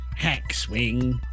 hackswing